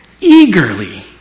eagerly